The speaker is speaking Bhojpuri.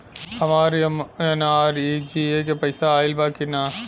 हमार एम.एन.आर.ई.जी.ए के पैसा आइल बा कि ना?